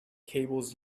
cables